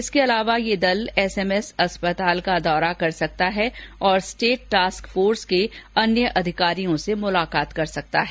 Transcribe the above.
इसके अलावा यह दल एसएसएस अस्पताल का दौरा कर सकता है और स्टेट टास्क फोर्स के अन्य अधिकारियों से मुलाकात कर सकता है